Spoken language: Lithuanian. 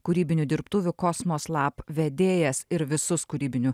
kūrybinių dirbtuvių kosmos lab vedėjas ir visus kūrybinių